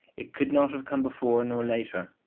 it could not have come before, nor later.